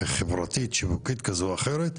חברתית שיווקית כזו או אחרת,